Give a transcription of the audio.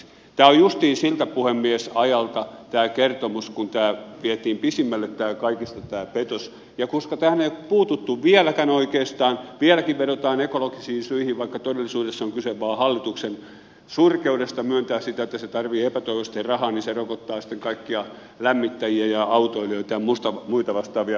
tämä on puhemies justiin siltä ajalta tämä kertomus kun vietiin kaikista pisimmälle tämä petos ja tähän ei ole puututtu vieläkään oikeastaan vieläkin vedotaan ekologisiin syihin vaikka todellisuudessa on kyse vain hallituksen surkeudesta myöntää sitä että se tarvitsee epätoivoisesti rahaa niin se rokottaa sitten kaikkia lämmittäjiä ja autoilijoita ja muita vastaavia maaseudulla